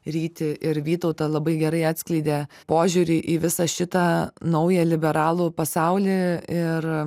rytį ir vytautą labai gerai atskleidė požiūrį į visą šitą naują liberalų pasaulį ir